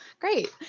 Great